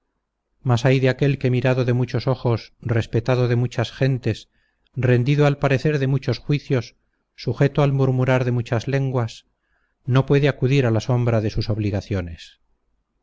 mas ay de aquel que mirado de muchos ojos respetado de muchas gentes rendido al parecer de muchos juicios sujeto al murmurar de muchas lenguas no puede acudir a la sombra de sus obligaciones